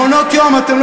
מה אתה מדבר?